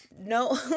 No